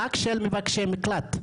רק של מבקשי מקלט,